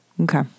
Okay